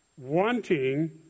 wanting